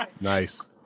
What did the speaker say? Nice